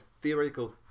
theoretical